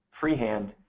freehand